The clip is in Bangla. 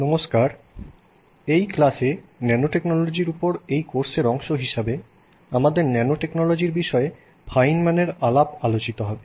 নমস্কার এই ক্লাসে ন্যানোটেকনোলজির উপর এই কোর্সের অংশ হিসাবে আমাদের ন্যানোটেকনোলজির বিষয়ে ফাইনম্যানের Feynman's আলাপ আলোচিত হবে